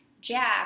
jack